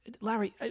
Larry